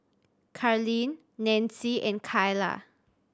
Carlene Nancie and Kaila